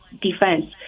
defense